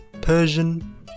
Persian